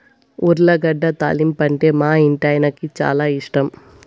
ఉర్లగడ్డ తాలింపంటే మా ఇంటాయనకి చాలా ఇష్టం